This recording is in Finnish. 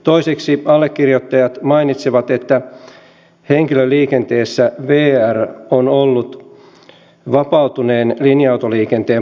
toiseksi allekirjoittajat mainitsevat että henkilöliikenteessä vr on ollut vapautuneen linja autoliikenteen puristuksissa